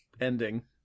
ending